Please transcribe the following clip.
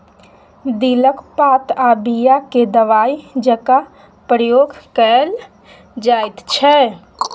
दिलक पात आ बीया केँ दबाइ जकाँ प्रयोग कएल जाइत छै